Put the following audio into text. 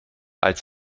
als